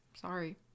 sorry